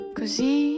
così